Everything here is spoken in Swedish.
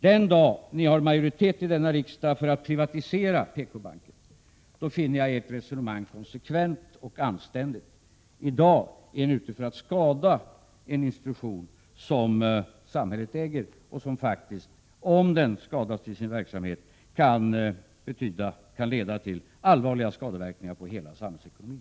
Den dag ni har majoritet i denna riksdag för att privatisera PKbanken, finner jag ert resonemang konsekvent och anständigt. I dag är ni ute efter att skada en institution som samhället äger. Om dess verksamhet skadas kan det faktiskt få allvarliga skadeverkningar för hela samhällsekonomin.